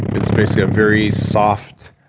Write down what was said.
it's basically a very soft,